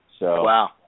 Wow